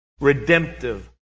redemptive